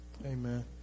Amen